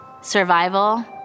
survival